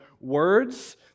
words